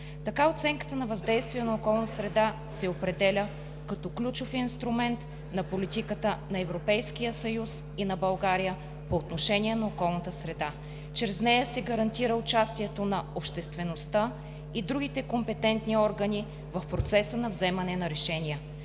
Така оценката на въздействието върху околната среда се определя като ключов инструмент на политиката на Европейския съюз и на България по отношение на околната среда. Чрез нея се гарантира участието на обществеността и другите компетентни органи в процеса на вземане на решения.